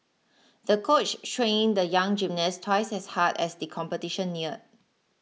the coach trained the young gymnast twice as hard as the competition neared